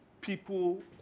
people